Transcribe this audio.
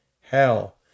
hell